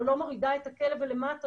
או לא מורידה את הכלב למטה,